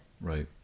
Right